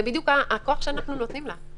זה בדיוק הכוח שאנחנו נותנים לה.